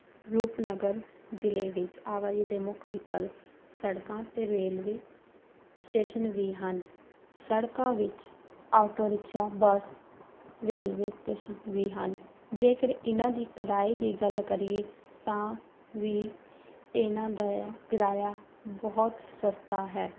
ਰੂਪਨਗਰ ਜ਼ਿਲ੍ਹੇ ਵਿੱਚ ਆਵਾਜਾਈ ਦੇ ਮੁੱਖ ਵਿਕਲਪ ਸੜਕਾਂ ਅਤੇ ਰੇਲਵੇ ਸਟੇਸ਼ਨ ਵੀ ਹਨ ਸੜਕਾਂ ਵਿੱਚ auto rickshaw bus railway station ਵੀ ਹਨ ਜੇਕਰ ਇਨ੍ਹਾਂ ਦੀ ਕਿਰਾਏ ਦੀ ਗੱਲ ਕਰੀਏ ਤਾਂ ਵੀ ਇਨ੍ਹਾਂ ਦਾ ਕਿਰਾਇਆ ਬਹੁਤ ਸਸਤਾ ਹੈ